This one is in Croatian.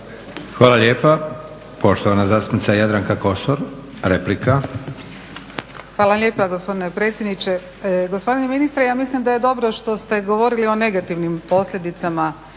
Hvala lijepa. Poštovana zastupnica Jadranka Kosor replika. **Kosor, Jadranka (Nezavisni)** Hvala lijepa gospodine predsjedniče. Gospodine ministre, ja mislim da je dobro što ste govorili o negativnim posljedicama,